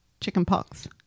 chickenpox